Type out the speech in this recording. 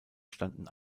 standen